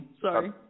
Sorry